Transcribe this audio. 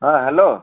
ହଁ ହ୍ୟାାଲୋ